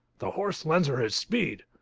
the horse lends her his speed.